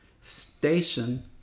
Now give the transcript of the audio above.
station